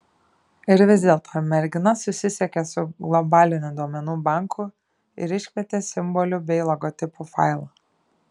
ir vis dėlto mergina susisiekė su globaliniu duomenų banku ir iškvietė simbolių bei logotipų failą